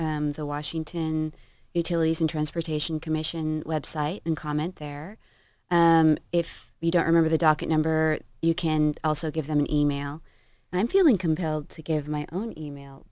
to the washington utilities and transportation commission website and comment there and if you don't remember the docket number you can also give them an e mail and i'm feeling compelled to give my own e mail